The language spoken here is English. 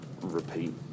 repeat